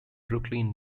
brooklyn